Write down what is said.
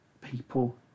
people